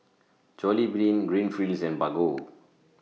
Jollibean Greenfields and Bargo